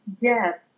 Yes